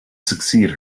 succeed